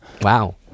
wow